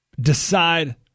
decide